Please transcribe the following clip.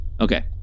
Okay